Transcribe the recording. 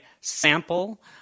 sample